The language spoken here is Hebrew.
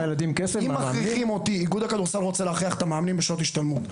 אם איגוד הכדורסל רוצה להכריח את המאמנים לשעות השתלמות.